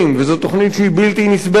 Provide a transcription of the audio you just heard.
וזאת תוכנית שהיא בלתי נסבלת,